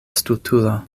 stultulo